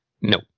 No